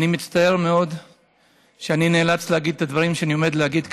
אני מצטער מאוד שאני נאלץ להגיד את הדברים שאני עומד להגיד כרגע,